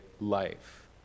life